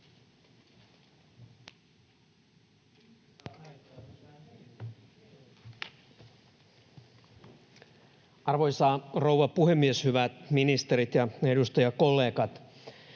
Arvoisa rouva puhemies! Hyvät ministerit ja edustajakollegat!